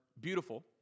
beautiful